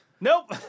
Nope